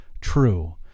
true